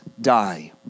die